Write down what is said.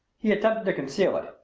he attempted to conceal it,